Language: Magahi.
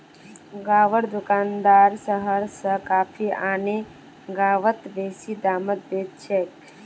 गांउर दुकानदार शहर स कॉफी आने गांउत बेसि दामत बेच छेक